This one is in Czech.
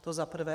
To za prvé.